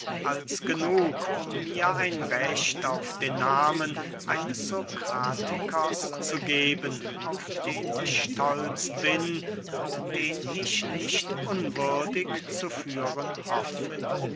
als genug um mir ein recht auf den nahmen eines sokratikers zu geben auf den ich stolz bin und den ich nicht unwürdig zu führen hoffe